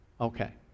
Okay